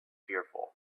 fearful